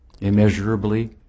Immeasurably